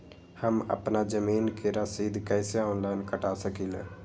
हम अपना जमीन के रसीद कईसे ऑनलाइन कटा सकिले?